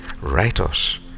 Writers